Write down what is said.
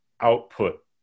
output